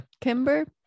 Kimber